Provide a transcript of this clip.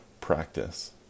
practice